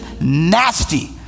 nasty